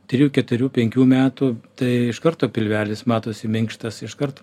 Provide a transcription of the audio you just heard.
trijų keturių penkių metų tai iš karto pilvelis matosi minkštas iškart